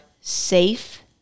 safe